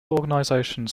organizations